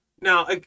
Now